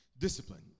Discipline